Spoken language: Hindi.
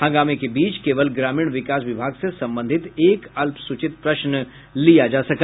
हंगामे के बीच केवल ग्रामीण विकास विभाग से संबंधित एक अल्पस्रचित प्रश्न लिया जा सका